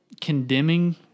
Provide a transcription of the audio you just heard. condemning